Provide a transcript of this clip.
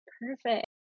Perfect